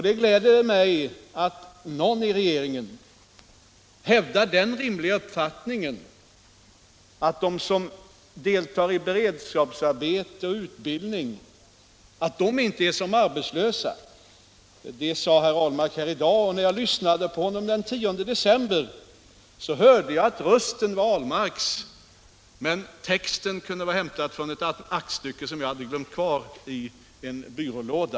Det gläder mig att någon i regeringen hävdar den rimliga uppfattningen att de som deltar i beredskapsarbeten och utbildning inte är arbetslösa. Det sade herr Ahlmark i dag, och när jag lyssnade på honom den 10 december hörde jag att rösten var Ahlmarks, men texten kunde ha varit hämtad från ett aktstycke som jag hade glömt kvar i en skrivbordslåda.